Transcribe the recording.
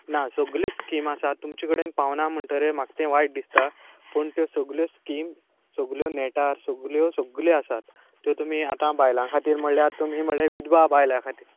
ना सगळी स्कीम आसा तुमचे कडेन पावना म्हणटरे म्हाका तें वायट दिसता पूण त्यो सगळो स्कीम सगळ्यो नॅटार सगळ्यो सगळ्यो आसात त्यो तुमी आतां बायलां खातीर म्हणळ्यार तुमी म्हणले विधवा बायलां खातीर